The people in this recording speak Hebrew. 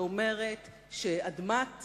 שאומרת שאדמת